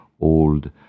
old